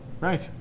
Right